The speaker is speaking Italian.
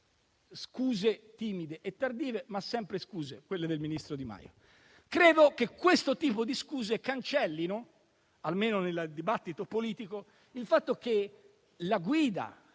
scuse timide e tardive, ma pur sempre scuse, quelle del ministro Di Maio. Credo che questo tipo di scuse cancelli, almeno nel dibattito politico, il fatto che la guida